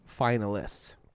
finalists